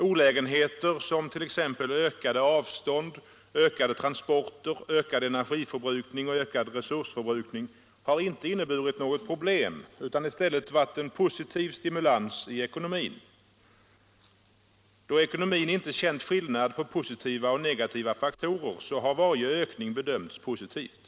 Olägenheter som ökade avstånd, ökade transporter, ökad energiförbrukning och ökad resursförbrukning har inte inneburit något problem utan i stället varit en positiv stimulans i ekonomin. Då ekonomin inte känt skillnad på positiva och negativa faktorer har varje ökning bedömts positivt.